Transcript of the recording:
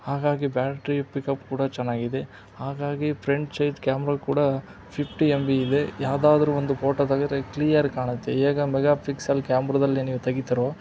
ಹಾಗಾಗಿ battery pickup ಕೂಡ ಚೆನ್ನಾಗಿದೆ ಹಾಗಾಗಿ ಫ್ರೆಂಟ್ ಚೈಡ್ ಕ್ಯಾಮ್ರಾ ಕೂಡ ಫಿಫ್ಟಿ ಎಂ ಬಿ ಇದೆ ಯಾವುದಾದ್ರೂ ಒಂದು ಫೋಟೋ ತೆಗದ್ರೆ ಕ್ಲೀಯರ್ ಕಾಣುತ್ತೆ ಹೇಗ್ ಮೆಗಾ ಪಿಕ್ಸೆಲ್ ಕ್ಯಾಮ್ರದಲ್ಲಿ ನೀವು ತೆಗೀತೀರೋ